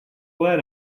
led